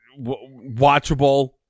Watchable